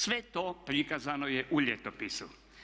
Sve to prikazano je u ljetopisu.